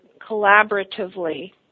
collaboratively